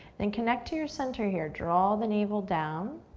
then connect to your center here. draw the navel down.